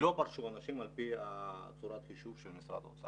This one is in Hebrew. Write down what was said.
ולא פרשו אנשים על פי צוקת החישוב של משרד האוצר.